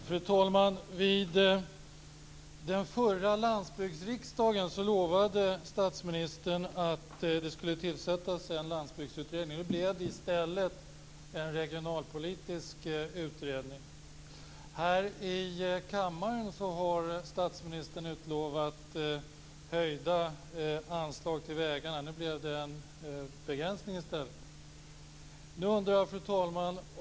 Fru talman! Vid den förra landsbygdsriksdagen lovade statsministern att det skulle tillsättas en landsbygdsutredning. Nu blev det i stället en regionalpolitisk utredning. Här i kammaren har statsministern utlovat höjda anslag till vägarna. Nu blev det i stället en begränsning. Fru talman!